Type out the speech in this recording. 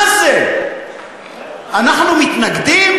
מה זה, אנחנו מתנגדים?